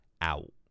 out